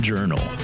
Journal